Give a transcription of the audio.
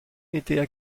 étaient